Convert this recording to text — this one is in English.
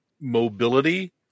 mobility